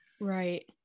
right